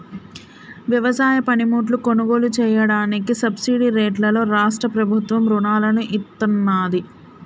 వ్యవసాయ పనిముట్లు కొనుగోలు చెయ్యడానికి సబ్సిడీ రేట్లలో రాష్ట్ర ప్రభుత్వం రుణాలను ఇత్తన్నాది